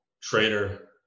trader